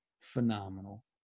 phenomenal